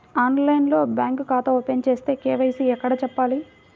ఆన్లైన్లో బ్యాంకు ఖాతా ఓపెన్ చేస్తే, కే.వై.సి ఎక్కడ చెప్పాలి?